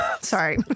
Sorry